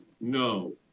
No